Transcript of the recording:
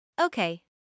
Okay